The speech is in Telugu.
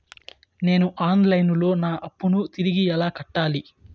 నేను ఆన్ లైను లో నా అప్పును తిరిగి ఎలా కట్టాలి?